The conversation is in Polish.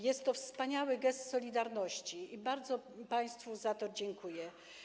Jest to wspaniały gest solidarności i bardzo państwu za to dziękuję.